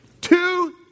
Two